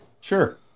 Sure